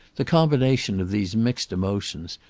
the combination of these mixed emotions,